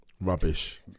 Rubbish